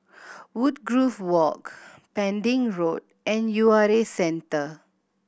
Woodgrove Walk Pending Road and U R A Centre